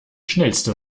schnellste